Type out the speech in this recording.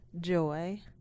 joy